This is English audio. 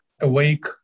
awake